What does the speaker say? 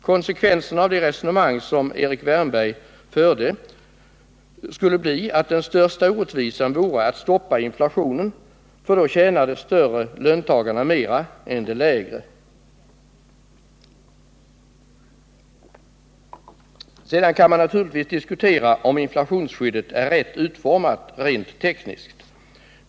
Konsekvenserna av Erik Wärnbergs resonemang skulle bli att den största orättvisan vore att stoppa inflationen, eftersom de större löntagarna då tjänade mera på detta än de lägre. Sedan kan man naturligtvis diskutera om inflationsskyddet är riktigt uformat rent tekniskt.